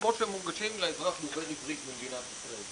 כמו שהם מונגשים לאזרח דובר עברית במדינת ישראל,